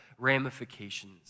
ramifications